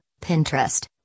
Pinterest